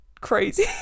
crazy